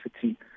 city